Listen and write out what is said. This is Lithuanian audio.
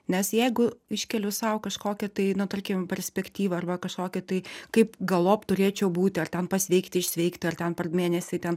nes jeigu iškeliu sau kažkokią tai nu tarkim perspektyvą arba kažkokį tai kaip galop turėčiau būti ar ten pasveikti išsveikti ar ten per mėnesį ten